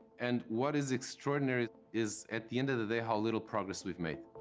and what is extraordinary is, at the end of the day, how little progress we've made.